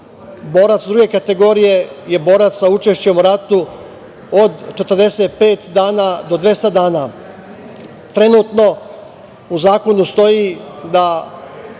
borac druge kategorije je borac sa učešćem u ratu od 45 do 200 dana. Trenutno u zakonu stoji da